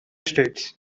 states